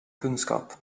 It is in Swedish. kunskap